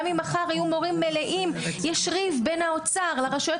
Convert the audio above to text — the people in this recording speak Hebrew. גם אם מחר יהיו מורים מלאים יש ריב בין האוצר לרשויות